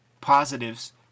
positives